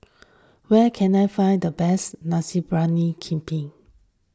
where can I find the best Nasi Briyani Kambing